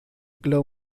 glow